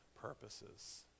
purposes